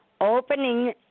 opening